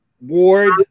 Ward